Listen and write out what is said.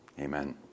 amen